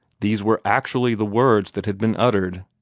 these were actually the words that had been uttered.